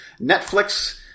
Netflix